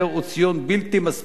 הוא ציון בלתי מספיק.